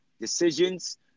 decisions